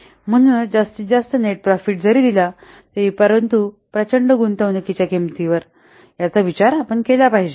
म्हणूनच जास्तीत जास्त नेट प्रॉफिट जरी दिला तरी परंतु प्रचंड गुंतवणूकीच्या किंमतीवर याचा विचार केला पाहिजे